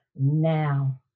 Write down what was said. now